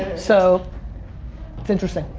so it's interesting.